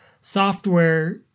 software